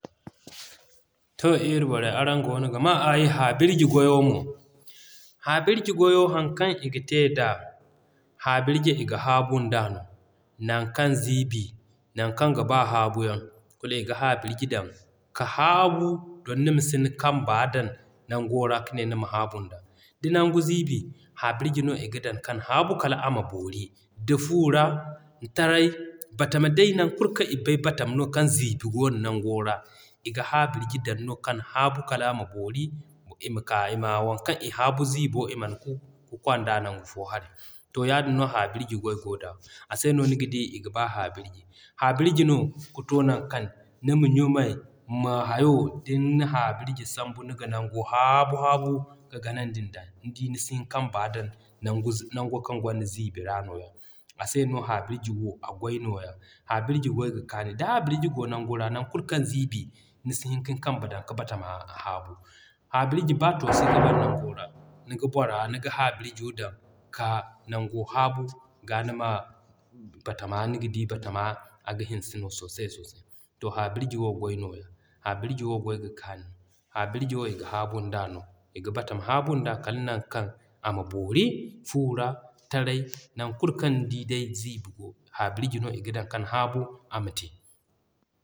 To ii borey araŋ goono ga maa aayi. Haabirji goyo haŋ kaŋ i ga te da, Haabirji i ga haabu nda nan kaŋ ziibi naŋ kaŋ ga ba haabu yaŋ kulu i ga haabirji dan ka haabu don nima sin kamba dan nango ra ka ne nima haabu nda. Da nangu ziibi, haabirji no i ga dan kan haabu kala ama boori. Da fu ra, taray, batama day nan kulu kaŋ i bay batama no kaŋ ziibi goono nango ra, i ga haabirji dan nango ra ka haabu kala ama boori. Ima ka ima waŋ kaŋ i haabu i man ku ka konda nangu fo haray. To yaadin no haabirji goy goo da. A se no niga di i ga ba haabirji. Haabirji no kato naŋ kaŋ nima ɲumay ma hayo din na haabirji sambu niga nango haabu haabu ka ganandin da. Nidi ni sin kiŋ kamba dan nangu nango kaŋ gonda ziibi ra nooya. A se no haabirji wo a goy nooya. Haabirji goy ga kaanu. Da Haabirji goo nangu ra nan kulu kaŋ ziibi, nisi hin kiŋ kamba dan ka batama haabu. Haabirji b'a niga boro niga Haabirjo dan ka nango haabu ga nima batama niga di batama aga hinse no sosai da sosai. To Haabirji wo goy nooya. Haabirji wo goy ga kaanu, haabirji wo iga haabun da no, i ga batama haabun da no kala naŋ kaŋ a boori. Fu ra, taray, nan kulu kaŋ ni di ziibi go haabirji no i ga dan kan haabu ama te.